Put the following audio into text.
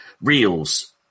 Reels